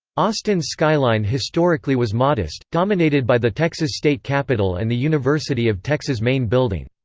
austin's skyline historically was modest, dominated by the texas state capitol and the university of texas main building.